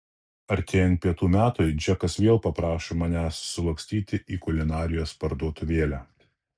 artėjant pietų metui džekas vėl paprašo manęs sulakstyti į kulinarijos parduotuvėlę